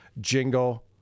jingle